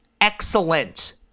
excellent